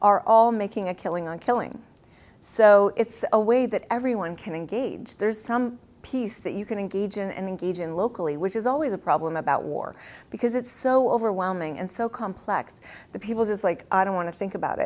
are all making a killing on killing so it's a way that everyone can engage there's some peace that you can engage in and engage in locally which is always a problem about war because it's so overwhelming and so complex the people just like i don't want to think about